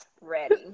ready